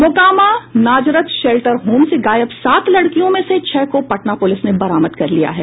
Mokama Nazareth shelter home से गायब सात लड़कियां में से छह को पटना पुलिस ने बरामद कर लिया है